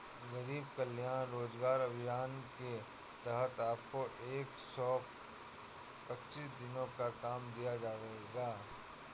गरीब कल्याण रोजगार अभियान के तहत आपको एक सौ पच्चीस दिनों का काम दिया जाएगा